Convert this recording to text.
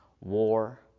war